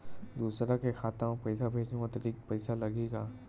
दूसरा के खाता म पईसा भेजहूँ अतिरिक्त पईसा लगही का?